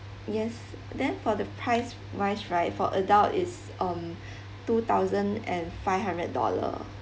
yes then for the price wise right for adult is um two thousand and five hundred dollar